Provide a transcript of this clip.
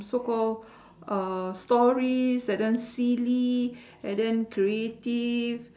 so call uhh stories and then silly and then creative